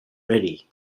ready